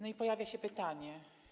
No i pojawia się pytanie.